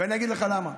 ואני אגיד לך למה.